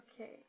Okay